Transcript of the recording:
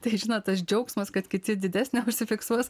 tai žinot tas džiaugsmas kad kiti didesnę užsifiksuos